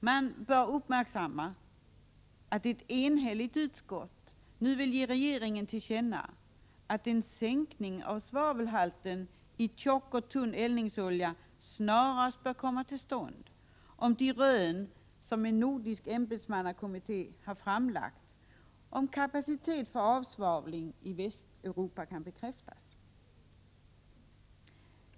Det bör uppmärksammas att ett enhälligt utskott nu vill ge regeringen till känna att en sänkning av svavelhalten i tjock och tunn eldningsolja snarast bör komma till stånd, om de rön som en nordisk ämbetsmannakommitté har framlagt om kapacitet för avsvavling i Västeuropa kan bekräftas.